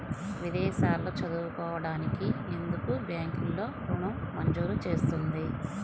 విదేశాల్లో చదువుకోవడానికి ఎందుకు బ్యాంక్లలో ఋణం మంజూరు చేస్తుంది?